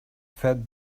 fed